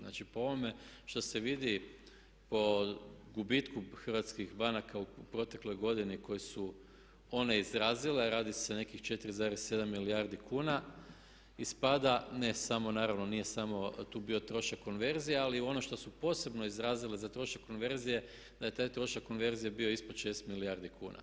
Znači po ovome šta se vidi, po gubitku hrvatskih banaka u protekloj godini koji su one izrazile a radi se o nekih 4,7 milijardi kuna ispada, ne samo naravno, nije samo tu bio trošak konverzije ali ono što su posebno izrazile za trošak konverzije da je taj trošak konverzije bio ispod 6 milijardi kuna.